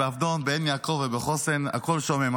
בעבדון, בעין יעקב ובחוסן הכול שומם.